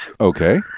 Okay